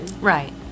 Right